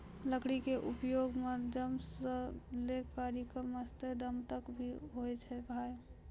लकड़ी के उपयोग त जन्म सॅ लै करिकॅ मरते दम तक पर होय छै भाय